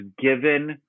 given